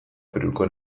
peruko